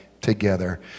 together